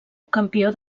campió